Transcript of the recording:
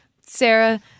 Sarah